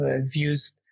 views